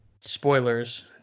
spoilers